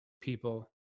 people